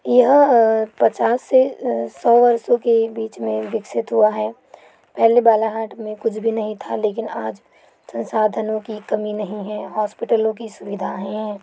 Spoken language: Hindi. यह पचास से सौ वर्षों के बीच में विकसित हुआ है पहले बालाघाट में कुछ भी नहीं था लेकिन आज संसाधनों की कमी नहीं है हॉस्पिटलों की सुविधाएँ हैं